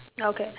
okay